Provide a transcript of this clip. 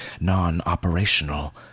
non-operational